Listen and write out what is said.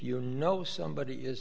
you know somebody is